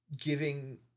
giving